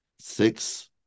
Six